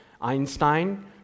Einstein